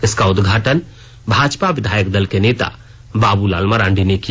इसका उदघाटन भाजपा विधायक दल के नेता बाबूलाल मरांडी ने किया